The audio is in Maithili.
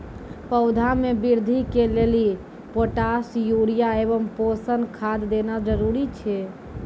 पौधा मे बृद्धि के लेली पोटास यूरिया एवं पोषण खाद देना जरूरी छै?